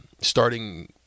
starting